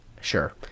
Sure